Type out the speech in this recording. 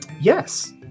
yes